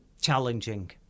challenging